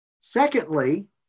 Secondly